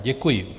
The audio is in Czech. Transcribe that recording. Děkuji.